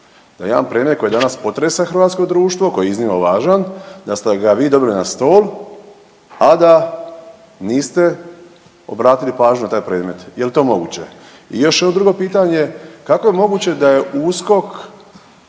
da jedan predmet koji danas potresa hrvatsko društvo koji je iznimno važan da ste ga vi dobili na stol, a da niste obratili pažnju na taj predmet, jel to moguće? I još ovo drugo pitanje, kako je moguće da je USKOK